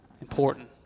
important